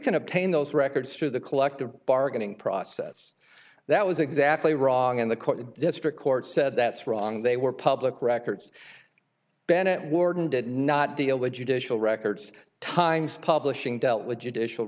can obtain those records through the collective bargaining process that was exactly wrong in the court district court said that's wrong they were public records bennett warden did not deal with judicial records times publishing dealt with judicial